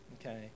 Okay